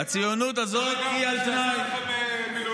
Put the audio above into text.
הציונות הזאת, לכו לגפני שיעשה לכם מילואים.